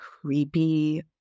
creepy